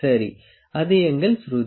சரி அது எங்கள் சுருதி